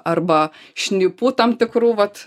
arba šnipu tam tikru vat